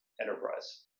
enterprise